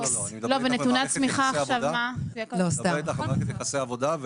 אני מדבר אתך על מערכת יחסי העבודה,